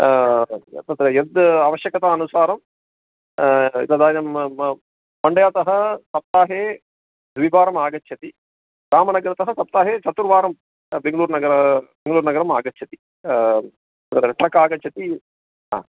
तत्र यद् आवश्यकतानुसारंदानीं मण्डयातः सप्ताहे द्विवारम् आगच्छति रामनगरतः सप्ताहे चतुर्वारं बेङ्गलूर्नगरात् बेङ्गलूर्नगरम् आगच्छति क् आगच्छति हा